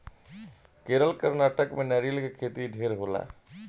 केरल, कर्नाटक में नारियल के खेती ढेरे होला